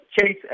chase